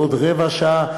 בעוד רבע שעה,